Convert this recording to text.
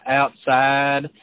outside